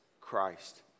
Christ